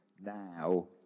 Now